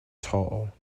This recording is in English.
tall